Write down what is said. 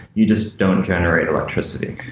you just don't generate electricity.